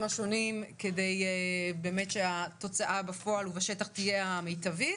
השונים כדי באמת שהתוצאה בפועל ובשטח תהיה המיטבית